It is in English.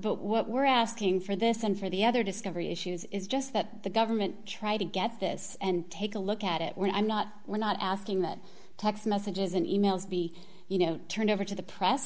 but what we're asking for this and for the other discovery issues is just that the government try to get this and take a look at it when i'm not when not asking that text messages and e mails be you know turned over to the press